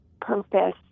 purpose